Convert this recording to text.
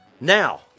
Now